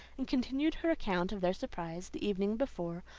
and continued her account of their surprise, the evening before,